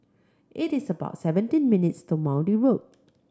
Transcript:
it is about seventeen minutes' to Maude Road